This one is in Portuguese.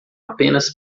apenas